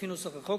לפי נוסח החוק,